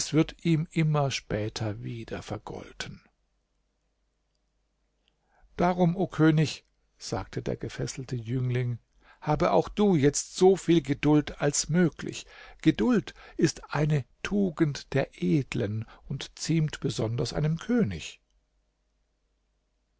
wird ihm immer später wieder vergolten darum o könig sagte der gefesselte jüngling habe auch du jetzt so viel geduld als möglich geduld ist eine tugend der edlen und ziemt besonders einem könig